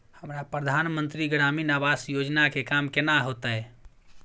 हमरा प्रधानमंत्री ग्रामीण आवास योजना के काम केना होतय?